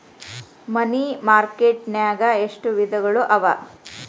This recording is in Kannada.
ಮನಿ ಮಾರ್ಕೆಟ್ ನ್ಯಾಗ್ ಎಷ್ಟವಿಧಗಳು ಅವ?